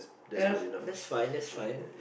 ya that's fine that's fine